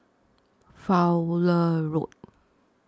Fowlie Road